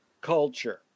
culture